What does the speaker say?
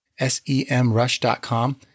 SEMrush.com